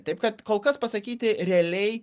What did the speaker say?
taip kad kol kas pasakyti realiai